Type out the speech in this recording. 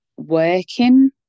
working